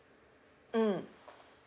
mm